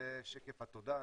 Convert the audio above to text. זה שקף התודה.